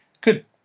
good